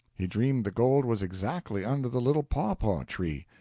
he dreamed the gold was exactly under the little pawpaw-tree.